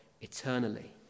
eternally